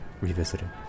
Revisited